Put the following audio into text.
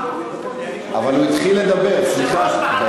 אבל הוא התחיל לדבר, סליחה.